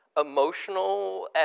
emotional